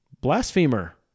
blasphemer